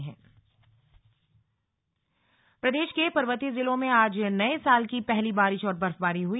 मौसम प्रदेश के पर्वतीय जिलों में आज नये साल की पहली बारिश और बर्फबारी हुई